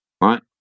right